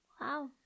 Wow